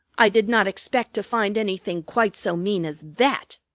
i did not expect to find anything quite so mean as that!